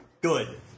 Good